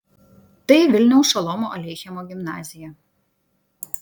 tai vilniaus šolomo aleichemo gimnazija